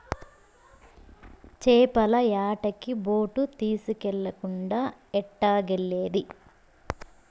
చేపల యాటకి బోటు తీస్కెళ్ళకుండా ఎట్టాగెల్లేది